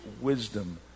wisdom